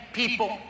people